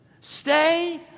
Stay